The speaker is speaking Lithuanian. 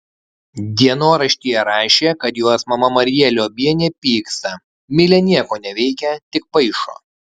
dienoraštyje rašė kad jos mama marija liobienė pyksta milė nieko neveikia tik paišo